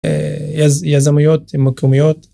יזמיות מקומיות